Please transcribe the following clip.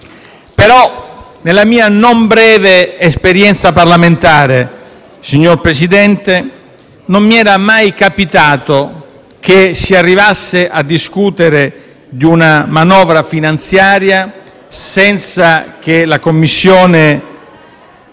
nella mia non breve esperienza parlamentare, signor Presidente, non mi era mai capitato che si arrivasse a discutere di un manovra finanziaria senza che la Commissione